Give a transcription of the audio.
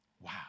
Wow